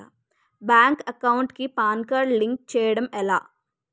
Bank account కి PAN card link చేయడం ఎలా?